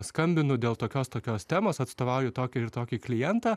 skambinu dėl tokios tokios temos atstovauju tokį ir tokį klientą